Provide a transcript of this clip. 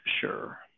sure